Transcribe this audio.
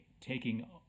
taking